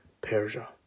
Persia